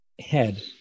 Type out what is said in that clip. head